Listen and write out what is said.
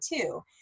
two